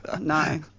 No